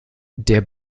der